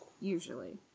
Usually